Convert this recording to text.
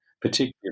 particularly